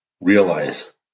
Realize